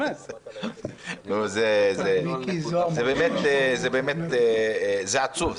זה באמת עצוב.